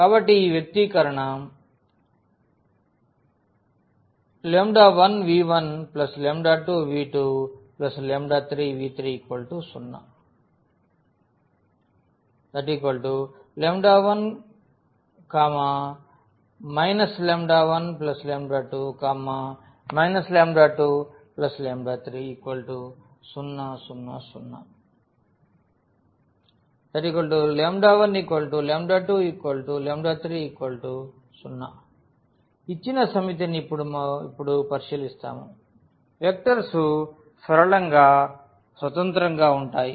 కాబట్టి ఈ వ్యక్తీకరణ 1v12v23v3 0 1 12 23000 ⟹123 0 ఇచ్చిన సమితిని ఇప్పుడు పరిశీలిస్తాము వెక్టర్స్ సరళంగా స్వతంత్రంగా ఉంటాయి